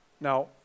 Now